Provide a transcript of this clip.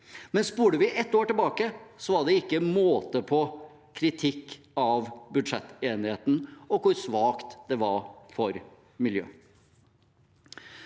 Spoler vi ett år tilbake, var det ikke måte på kritikk av budsjettenigheten og hvor svakt det var for miljøet.